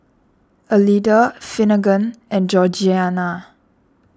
Elida Finnegan and Georgiana